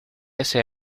ese